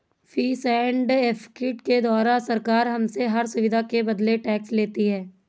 fees and effective के द्वारा सरकार हमसे हर सुविधा के बदले टैक्स लेती है